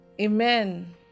amen